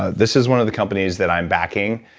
this is one of the companies that i'm backing,